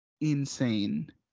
insane